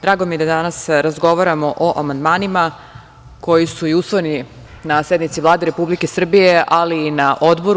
Drago mi je da danas razgovaramo o amandmanima koji su i usvojeni na sednici Vlade Republike Srbije, ali i na Odboru.